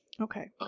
Okay